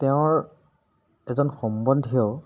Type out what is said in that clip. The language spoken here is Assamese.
তেওঁৰ এজন সম্বন্ধীয়